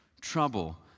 trouble